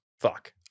fuck